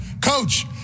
Coach